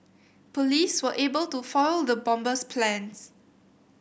police were able to foil the bomber's plans